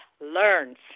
learns